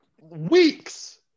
weeks